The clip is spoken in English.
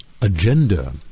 agenda